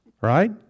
right